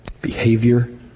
behavior